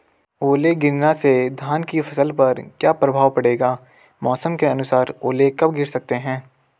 ओले गिरना से धान की फसल पर क्या प्रभाव पड़ेगा मौसम के अनुसार ओले कब गिर सकते हैं?